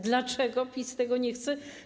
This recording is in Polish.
Dlaczego PiS tego nie chce?